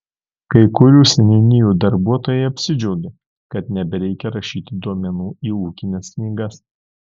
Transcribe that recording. kai kurių seniūnijų darbuotojai apsidžiaugė kad nebereikia rašyti duomenų į ūkines knygas